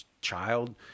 child